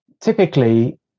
typically